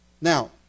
Now